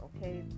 okay